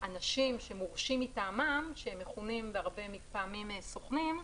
אנשים מורשים מטעמם שמכונים הרבה פעמים "סוכנים",